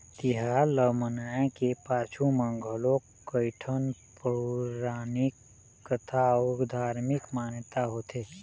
तिहार ल मनाए के पाछू म घलोक कइठन पउरानिक कथा अउ धारमिक मान्यता होथे